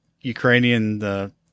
Ukrainian